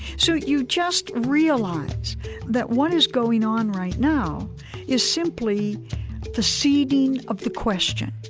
so you just realize that what is going on right now is simply the seeding of the question.